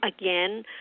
again